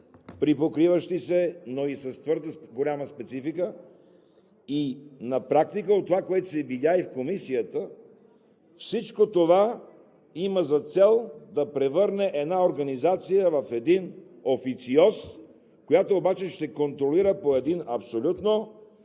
припокриващи се нива, но и с твърде голяма специфика. На практика от това, което се видя и в Комисията – всичко има за цел да превърне една организация в един официоз, която обаче ще контролира по един абсолютно,